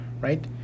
right